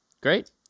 Great